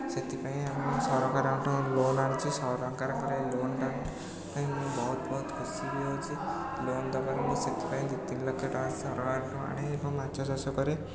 ସେଥିପାଇଁ ଆମେ ସରକାରଙ୍କଠୁ ଲୋନ୍ ଆଣିଛୁ ସରକାରଙ୍କର ଏଇ ଲୋନ୍ଟା ପାଇଁ ମୁଁ ବହୁତ ବହୁତ ଖୁସି ବି ହେଉଛି ଲୋନ୍ଟା କରି ମୁଁ ସେଥିପାଇଁ ଦୁଇ ତିନି ଲକ୍ଷ ଟଙ୍କା ସରକାରଙ୍କଠାରୁ ଆଣେ ଏବଂ ମାଛ ଚାଷ କରେ